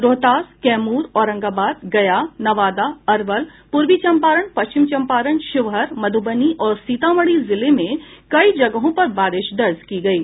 रोहतास कैमूर औरंगाबाद गया नवादा अरवल पूर्वी चम्पारण पश्चिमी चम्पारण शिवहर मध्रबनी और सीतामढ़ी जिले में कई जगहों पर बारिश दर्ज की गयी